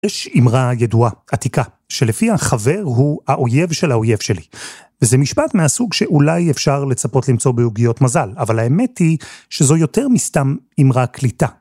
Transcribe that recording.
יש אמרה ידועה, עתיקה, שלפיה החבר הוא האויב של האויב שלי. וזה משפט מהסוג שאולי אפשר לצפות למצוא בעוגיות מזל, אבל האמת היא שזו יותר מסתם אימרה קליטה.